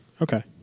Okay